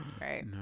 Right